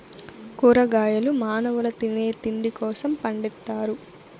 కూరగాయలు మానవుల తినే తిండి కోసం పండిత్తారు